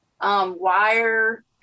wire